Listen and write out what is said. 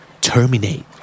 Terminate